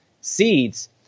seeds